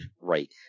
Right